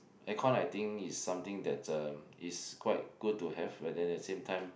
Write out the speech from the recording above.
aircon I think is something that's uh is quite good to have but then at the same time